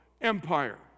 Empire